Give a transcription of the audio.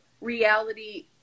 reality